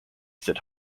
said